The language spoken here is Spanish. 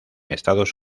estados